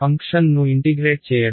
ఫంక్షన్ను ఇంటిగ్రేట్ చేయడం